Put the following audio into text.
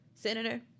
Senator